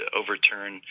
overturn